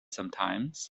sometimes